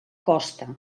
costa